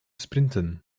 sprinten